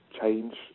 change